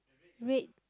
the rate